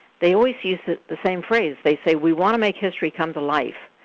they always use the same phrase. they say, we want to make history come to life.